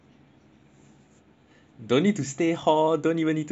don't need to stay hall don't even need to stay in school leh